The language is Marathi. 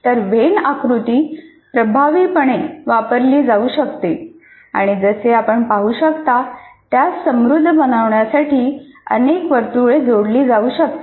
तर व्हेन आकृती प्रभावीपणे वापरली जाऊ शकते आणि जसे आपण पाहू शकता त्यास समृद्ध बनविण्यासाठी अनेक वर्तुळे जोडली जाऊ शकतात